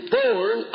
born